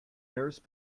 nurse